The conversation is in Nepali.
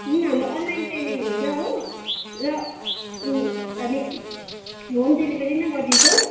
उम् हाम्रो अनलाइन पेमेन्ट हुन्छ हो र हामी होम डेलिभरी नै गरिदिन्छौँ